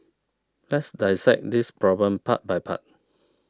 let's dissect this problem part by part